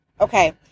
Okay